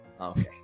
okay